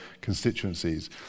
constituencies